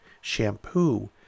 shampoo